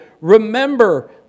Remember